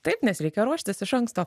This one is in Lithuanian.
taip nes reikia ruoštis iš anksto